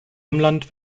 umland